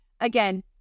again